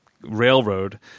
railroad